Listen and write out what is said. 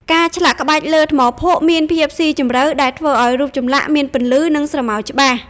ការឆ្លាក់ក្បាច់លើថ្មភក់មានភាពស៊ីជម្រៅ ដែលធ្វើឱ្យរូបចម្លាក់មានពន្លឺ និងស្រមោលច្បាស់។